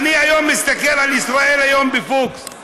אני היום מסתכל על ישראל היום בפוקס.